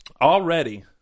already